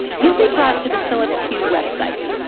you'll be brought to the philips hue website